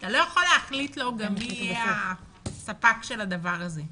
אתה לא יכול להחליט לו מי יהיה הספק של הדבר הזה.